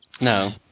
No